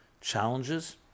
challenges